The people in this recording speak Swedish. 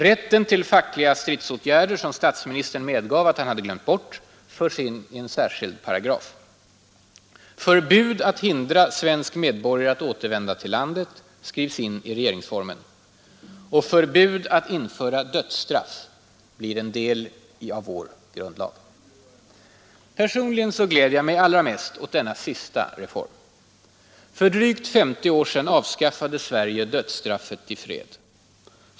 Rätten till fackliga stridsåtgärder, som statsministern medgav att han hade glömt bort, förs in i en särskild paragraf. Förbud att hindra svensk medborgare att återvända till landet skrivs in i regeringsformen. Och förbud att införa dödsstraff blir en del av vår grundlag. Personligen gläder jag mig allra mest åt denna sista reform. För drygt femtio år sedan avskaffade Sverige dödsstraffet i fred.